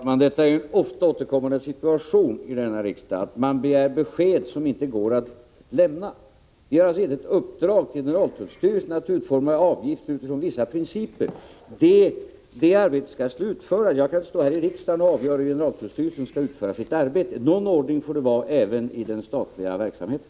Fru talman! Det är en ofta återkommande situation i denna riksdag att man begär besked som det inte går att lämna. Vi har gett generaltullstyrelsen i uppdrag att utforma avgifter utifrån vissa principer. Jag kan inte stå här i riksdagen och säga hur generaltullstyrelsen skall utföra sitt arbete. Någon ordning får det vara även i den statliga verksamheten.